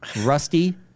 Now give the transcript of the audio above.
Rusty